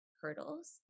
hurdles